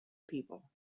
people